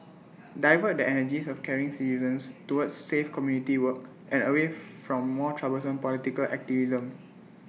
divert the energies of caring citizens towards safe community work and away from more troublesome political activism